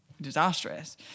disastrous